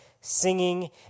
singing